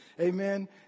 Amen